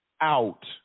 out